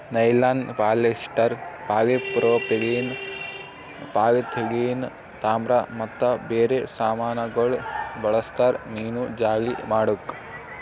nylon, polyester, polypropylene, polyethylene, ತಾಮ್ರ ಮತ್ತ ಬೇರೆ ಸಾಮಾನಗೊಳ್ ಬಳ್ಸತಾರ್ ಮೀನುಜಾಲಿ ಮಾಡುಕ್